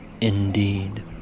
indeed